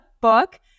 book